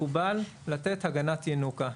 מקובל לתת הגנת ינוקא,